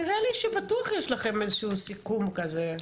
נראה לי שבטוח יש לכם איזשהו סיכום כזה.